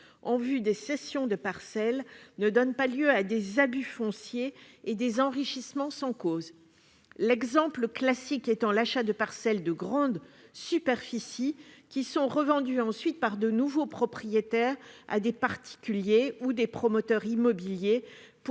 en vue des cessions de parcelles, ne donne pas lieu à des abus fonciers et à des enrichissements sans cause. L'achat de parcelles de grande superficie, ensuite revendues par de nouveaux propriétaires à des particuliers ou à des promoteurs immobiliers